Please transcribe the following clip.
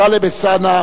טלב אלסאנע,